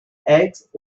eggs